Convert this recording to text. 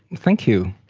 thank you.